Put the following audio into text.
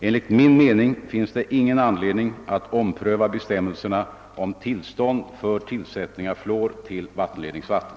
Enligt min mening finns det ingen anledning att ompröva bestämmelserna om tillstånd för tillsättning av fluor till vattenledningsvatten.